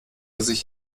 sich